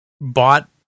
bought